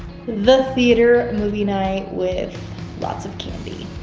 the theater movie night with lots of candy,